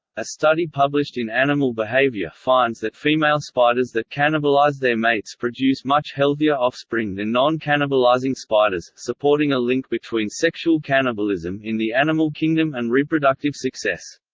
a study published in animal behavior finds that female spiders that cannibalize their mates produce much healthier offspring than non-cannibalizing spiders, supporting a link between sexual cannibalism in the animal kingdom and reproductive success.